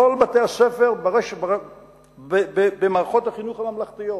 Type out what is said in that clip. בכל בתי-הספר, במערכות החינוך הממלכתיות,